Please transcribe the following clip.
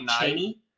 Cheney